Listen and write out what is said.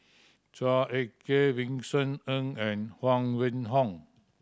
Chua Ek Kay Vincent Ng and Huang Wenhong